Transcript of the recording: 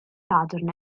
sadwrn